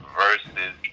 versus